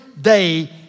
day